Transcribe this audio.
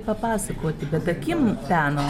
papasakoti bet akim peno